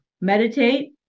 meditate